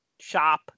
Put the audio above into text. shop